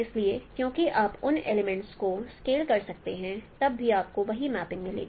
इसलिए चूंकि आप उन एलिमेंट को स्केल कर सकते हैं तब भी आपको वही मैपिंग मिलेगी